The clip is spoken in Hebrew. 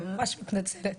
סליחה, אני ממש מתנצלת.